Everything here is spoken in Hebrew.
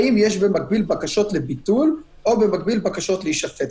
האם יש במקביל בקשות לביטול או בקשות להישפט.